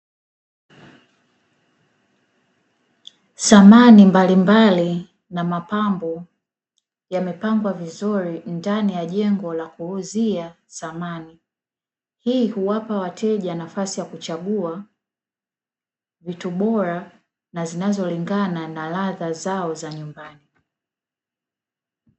Samani mbalimbali na mapambo yamepambwa vizuri, ndani ya jengo la kuuzia samani. Hii huwapa wateja nafasi ya kuchagua vitu bora na zinazolingana na ladha zao za nyumbani.